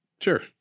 Sure